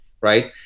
right